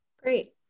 Great